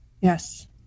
Yes